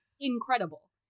incredible